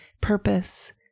purpose